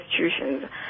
institutions